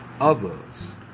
Others